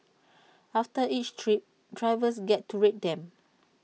after each trip drivers get to rate them